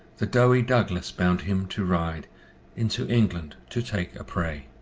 the doughty douglas bound him to ride into england to take a prey.